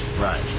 Right